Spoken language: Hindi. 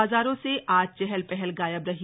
बाजारों से आज चहल पहल गायब रही